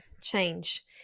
change